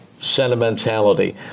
sentimentality